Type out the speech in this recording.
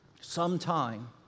sometime